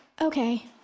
Okay